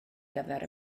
gyfer